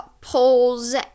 polls